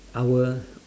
power